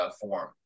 form